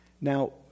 Now